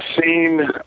seen